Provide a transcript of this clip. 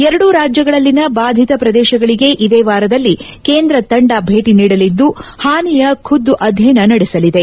ಎರಡೂ ರಾಜ್ಯಗಳಲ್ಲಿನ ಬಾಧಿತ ಪ್ರದೇಶಗಳಿಗೆ ಇದೇ ವಾರದಲ್ಲಿ ಕೇಂದ್ರ ತಂಡ ಭೇಟಿ ನೀಡಲಿದ್ದು ಹಾನಿಯ ಖುದ್ದು ಅಧ್ಯಯನ ನಡೆಸಲಿದೆ